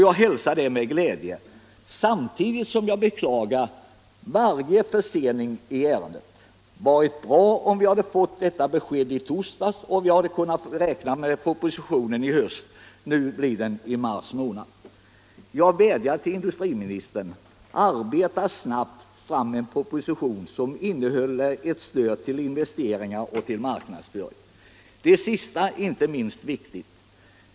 Jag hälsar detta med glädje samtidigt som jag beklagar varje försening i ärendet. Det hade varit bra om vi fått detta besked i torsdags, och om vi hade kunnat räkna med en proposition i höst. Nu kommer den i mars månad. Jag vädjar till industriministern: Arbeta snabbt fram en proposition som innehåller ett stöd till investeringar och till marknadsföring. Det sista inte minst viktigt.